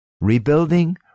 Rebuilding